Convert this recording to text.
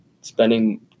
spending